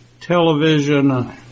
television